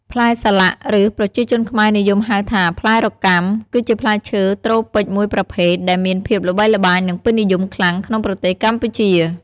ផ្លែសាឡាក់ ឬប្រជាជនខ្មែរនិយមហៅថា ផ្លែរកាំ គឺជាផ្លែឈើត្រូពិចមួយប្រភេទដែលមានភាពល្បីល្បាញនិងពេញនិយមខ្លាំងក្នុងប្រទេសកម្ពុជា។